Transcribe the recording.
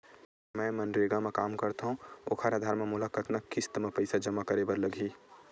मैं मनरेगा म काम करथव, ओखर आधार म मोला कतना किस्त म पईसा जमा करे बर लगही?